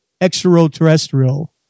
extraterrestrial